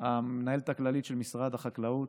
המנהלת הכללית של משרד החקלאות,